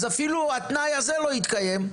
אפילו התנאי הזה לא התקיים.